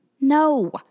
No